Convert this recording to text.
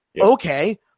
okay